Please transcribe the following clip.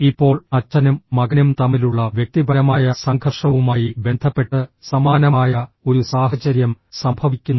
ഇപ്പോൾ അച്ഛനും മകനും തമ്മിലുള്ള വ്യക്തിപരമായ സംഘർഷവുമായി ബന്ധപ്പെട്ട് സമാനമായ ഒരു സാഹചര്യം സംഭവിക്കുന്നു